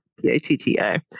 P-A-T-T-A